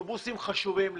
האוטובוסים חשובים לי,